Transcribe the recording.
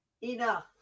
Enough